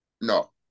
no